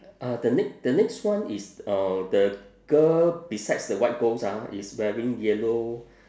uh the ne~ the next one is uh the girl besides the white ghost ah is wearing yellow